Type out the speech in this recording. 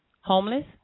homeless